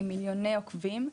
עם מיליוני עוקבים,